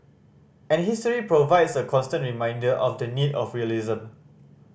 and history provides a constant reminder of the need for realism